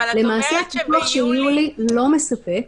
הפיתוח של יולי לא מספק,